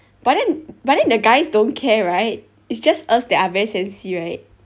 but then but then the guys don't care right it's just us that are very sensi right